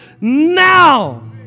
now